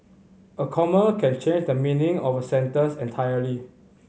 a comma can change the meaning of a sentence entirely